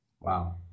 Wow